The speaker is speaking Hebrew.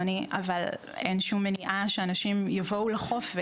אבל אין שום מניעה שאנשים יבואו לחוף,